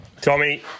Tommy